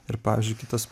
ir pavyzdžiui kitas